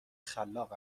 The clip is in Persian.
خلاق